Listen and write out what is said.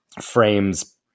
frames